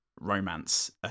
romance